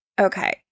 Okay